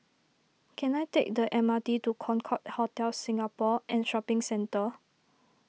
can I take the M R T to Concorde Hotel Singapore and Shopping Centre